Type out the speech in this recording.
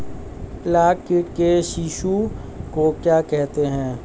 लाख कीट के शिशु को क्या कहते हैं?